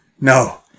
no